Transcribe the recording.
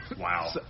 wow